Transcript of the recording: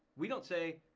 we don't say,